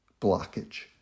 blockage